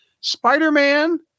spider-man